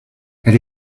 elle